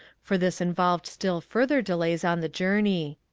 for this involved still further delays on the journey.